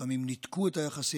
לפעמים הן ניתקו את היחסים,